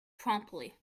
promptly